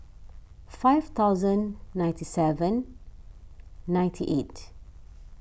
five thousand ninety seven ninety eight